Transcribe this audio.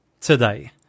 today